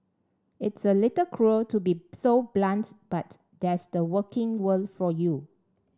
it's a little cruel to be so blunt but that's the working world for you